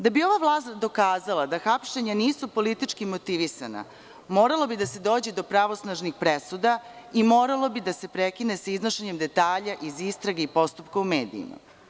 Da bi ova vlast dokazala da hapšenja nisu politički motivisana, moralo bi da se dođe do pravosnažnih presuda i moralo bi da se prekine sa iznošenjem detalja iz istrage i postupka u medijima.